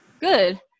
Good